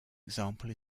example